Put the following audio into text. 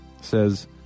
says